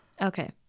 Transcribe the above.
okay